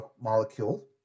Molecule